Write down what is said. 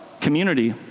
Community